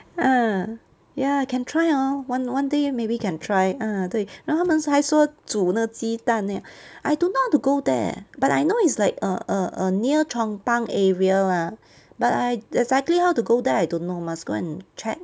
ah ya can try hor one one day maybe can try ah 对然后他们还说煮那个鸡蛋 leh I don't know how to go there but I know it's like err err near chong pang area lah but I exactly how to go there I don't know must go and check